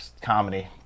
comedy